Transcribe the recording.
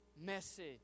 message